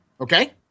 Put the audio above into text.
okay